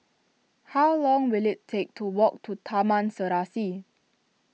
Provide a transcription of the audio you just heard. how long will it take to walk to Taman Serasi